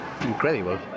incredible